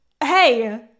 hey